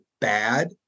bad